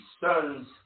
sons